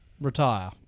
retire